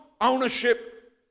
ownership